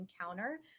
encounter